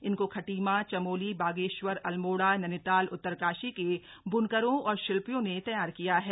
इनको खटीमा चमोली बागेश्वर अल्मोड़ा नैनीताल उत्तरकाशी के ब्नकरों और शिल्पियों ने तैयार किया है